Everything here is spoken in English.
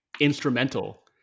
instrumental